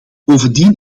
bovendien